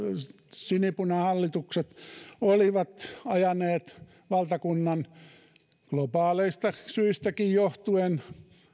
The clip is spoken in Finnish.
sinipunahallitukset olivat ajaneet valtakunnan globaaleista syistäkin johtuen